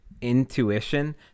intuition